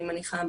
אני מניחה,